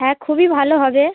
হ্যাঁ খুবই ভালো হবে